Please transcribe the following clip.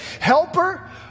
Helper